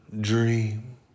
dream